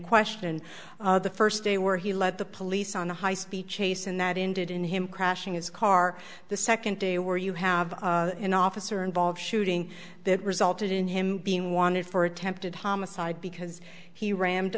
question the first day where he led the police on a high speed chase and that ended in him crashing his car the second day where you have an officer involved shooting that resulted in him being wanted for attempted homicide because he rammed